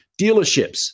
Dealerships